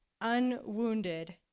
unwounded